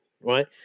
right